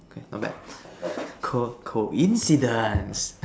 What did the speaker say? okay not bad co coincidence